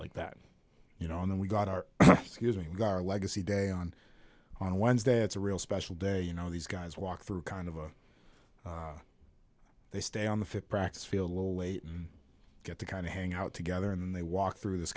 like that you know and then we got our excusing ghar legacy day on on wednesday it's a real special day you know these guys walk through kind of a they stay on the fifth practice field a little late and get to kind of hang out together and they walk through this